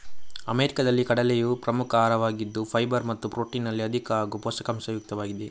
ಅಮೆರಿಕಾದಲ್ಲಿ ಕಡಲೆಯು ಪ್ರಮುಖ ಆಹಾರವಾಗಿದ್ದು ಫೈಬರ್ ಮತ್ತು ಪ್ರೊಟೀನಿನಲ್ಲಿ ಅಧಿಕ ಹಾಗೂ ಪೋಷಕಾಂಶ ಯುಕ್ತವಾಗಿದೆ